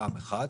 פעם אחת.